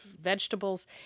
vegetables